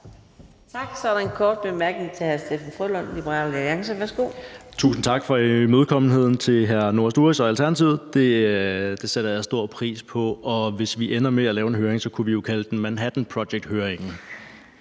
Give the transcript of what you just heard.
Tak. Der er en kort bemærkning til hr. Steffen W. Frølund, Liberal Alliance. Værsgo. Kl. 23:24 Steffen W. Frølund (LA): Tusind tak til hr. Noah Sturis og Alternativet for imødekommenheden. Det sætter jeg stor pris på. Hvis vi ender med at lave en høring, kunne vi jo kalde den Manhattan Project-høringen.